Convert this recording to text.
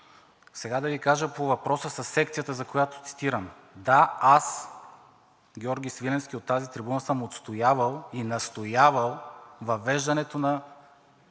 сега да Ви кажа по въпроса със секцията, за която цитирам. Да, аз – Георги Свиленски, от тази трибуна съм отстоявал и настоявал въвеждането на